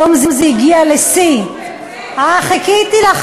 היום זה הגיע לשיא, נו,